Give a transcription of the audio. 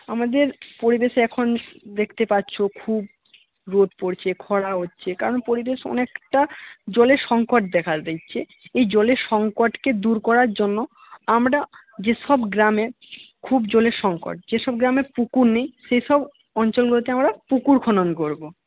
আমাদের পরিবেশে এখন দেখতে পাচ্ছ খুব রোদ পড়ছে খরা হচ্ছে কারণ পরিবেশ অনেকটা জলের সংকট দেখা দিচ্ছে এই জলের সংকটকে দূর করার জন্য আমরা যেসব গ্রামে খুব জলের সংকট যে সব গ্রামে পুকুর নেই সেই সব অঞ্চলগুলোতে আমরা পুকুর খনন করবো